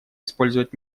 использовать